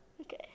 Okay